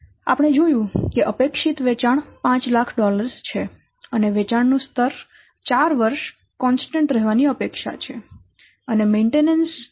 આપણે જોયું કે અપેક્ષિત વેચાણ 500000 છે અને વેચાણ નું સ્તર 4 વર્ષ કોન્સ્ટન્ટ રહેવાની અપેક્ષા છે અને જાળવણી જેવો વાર્ષિક ખર્ચ 200000 છે